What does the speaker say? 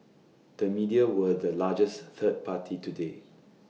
the media were the largest third party today